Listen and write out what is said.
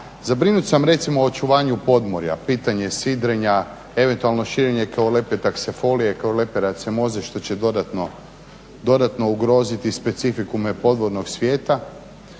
Zabrinut sam recimo o očuvanju podmorja, pitanje sidrenja, eventualno širenje …/Govornik se ne razumije./… što će dodatno ugroziti specifikume podvodnog svijeta.